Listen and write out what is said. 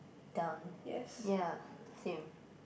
done ya same